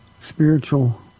spiritual